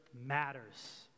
matters